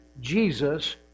Jesus